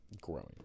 growing